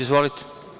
Izvolite.